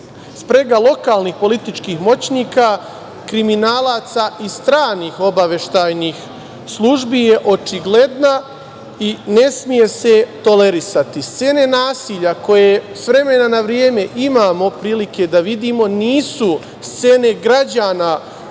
Sprega lokalnih političkih moćnika, kriminalaca i stranih obaveštajnih službi je očigledna i ne sme se tolerisati. Scene nasilja koje s vremena na vreme imamo prilike da vidimo, nisu scene građana